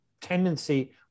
tendency